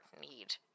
need